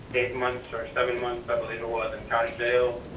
eight months or seven months, i believe it was in county jail,